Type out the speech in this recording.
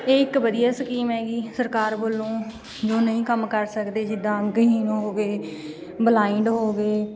ਇਹ ਇੱਕ ਵਧੀਆ ਸਕੀਮ ਹੈਗੀ ਸਰਕਾਰ ਵੱਲੋਂ ਜੋ ਨਹੀਂ ਕੰਮ ਕਰ ਸਕਦੇ ਜਿੱਦਾਂ ਅੰਗਹੀਣ ਹੋ ਗਏ ਬਲਾਇੰਡ ਹੋ ਗਏ